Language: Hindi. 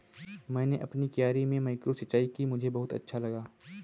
मैंने अपनी क्यारी में माइक्रो सिंचाई की मुझे बहुत अच्छा लगा